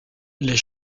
les